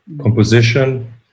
composition